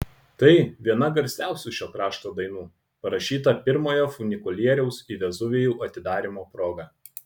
tai viena garsiausių šio krašto dainų parašyta pirmojo funikulieriaus į vezuvijų atidarymo proga